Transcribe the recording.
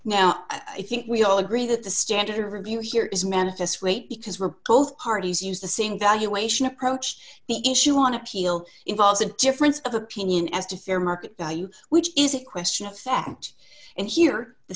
now i think we all agree that the standard of review here is manifest weight because we're both parties use the same valuation approached the issue on appeal involves a difference of opinion as to fair market value which is a question of fact and here the